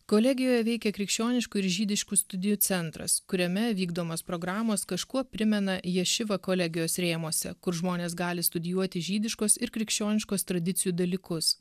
kolegijoje veikė krikščioniškų ir žydiškų studijų centras kuriame vykdomos programos kažkuo primena ješivą kolegijos rėmuose kur žmonės gali studijuoti žydiškos ir krikščioniškos tradicijų dalykus